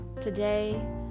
Today